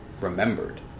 remembered